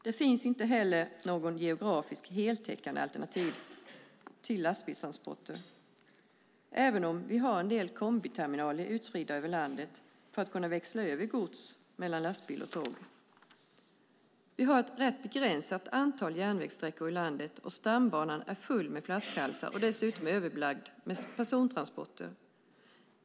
Det finns heller inte några geografiskt heltäckande alternativ till lastbilstransporter, även om vi har ett antal kombiterminaler utspridda över landet för att kunna växla över gods mellan lastbil och tåg. Vi har ett rätt begränsat antal järnvägssträckor i landet. Stambanan är full med flaskhalsar och dessutom överbelagd med persontransporter.